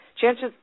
chances